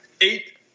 Eight